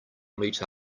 meet